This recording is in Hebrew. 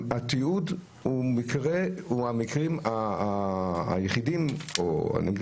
התיעוד הוא המקרים היחידים או המקרים